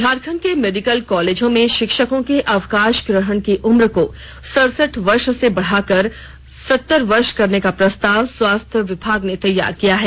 झारखंड के मेडिकल कॉलेजों में शिक्षकों के अवकाश ग्रहण की उम्र को सरसठ वर्ष से बढ़ाकर सत्तर वर्ष करने का प्रस्ताव स्वास्थ्य विभाग ने तैयार किया है